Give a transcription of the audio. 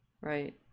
right